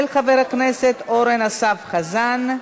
של חבר הכנסת אורן אסף חזן.